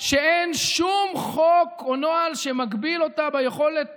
שאין שום חוק או נוהל שמגביל אותה ביכולת